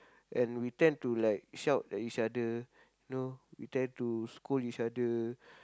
and we tend to like shout at each other you know we tend to scold each other